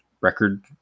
record